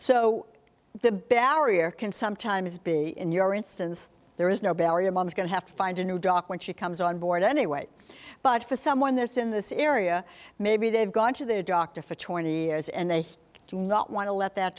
so the barrier can sometimes be in your instance there is no barrier mom's going to have to find a new doc when she comes on board anyway but for someone that's in this area maybe they've gone to their doctor for twenty years and they do not want to let that